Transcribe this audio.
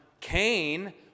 Cain